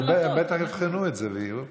בטח יבחנו את זה ויראו.